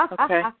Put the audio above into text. Okay